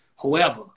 Whoever